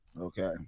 okay